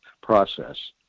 process